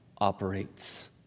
operates